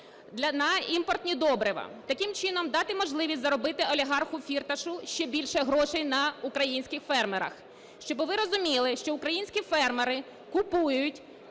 на імпортні добрива, таким чином дати можливість заробити олігарху Фірташу ще більше грошей на українських фермерах. Щоби ви розуміли, що українські фермери купують